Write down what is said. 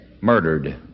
murdered